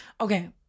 okay